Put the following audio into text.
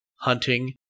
hunting